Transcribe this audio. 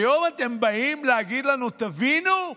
היום אתם באים להגיד לנו: תבינו,